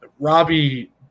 Robbie